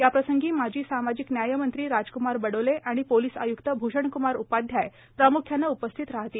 याप्रसंगी माजी सामाजिक न्यायमंत्री राजकुमार बडोले आणि पोलीस आयुक्त भूषणकुमार उपाध्याय प्रामुख्यानं उपस्थित राहतील